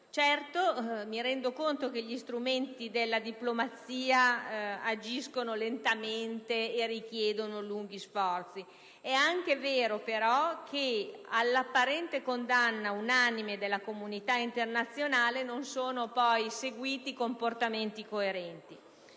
Certo, mi rendo conto che gli strumenti della diplomazia agiscono lentamente e richiedono lunghi sforzi. È anche vero, però, che all'apparente condanna unanime della comunità internazionale non sono poi seguiti comportamenti coerenti.